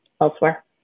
elsewhere